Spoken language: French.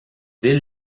ville